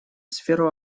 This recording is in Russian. сферу